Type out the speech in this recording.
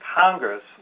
congress